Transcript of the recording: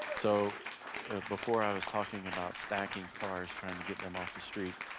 so before i was talking about stacking cars, trying to get them off the street,